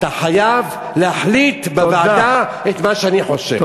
אתה חייב להחליט בוועדה את מה שאני חושב.